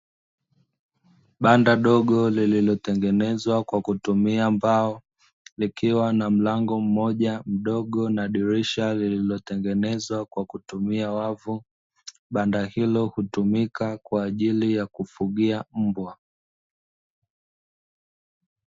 Banda dogo lililotengenezwa kwa kutumia mbao, likiwa na mlango mmoja mdogo na dirisha lililotengenezwa kwa kutumia wavu. Banda hilo hutumika kwa ajili ya kufugia mbwa.